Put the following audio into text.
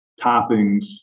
toppings